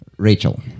Rachel